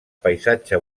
paisatge